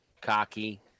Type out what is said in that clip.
cocky